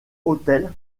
autel